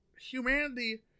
Humanity